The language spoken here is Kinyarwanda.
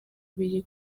biri